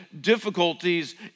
difficulties